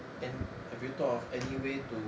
and have you thought of any way to